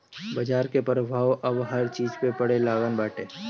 बाजार के प्रभाव अब हर चीज पे पड़े लागल बाटे